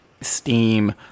Steam